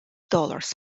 dollars